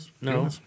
No